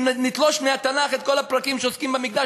אם נתלוש מהתנ"ך את כל הפרקים שעוסקים במקדש,